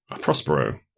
Prospero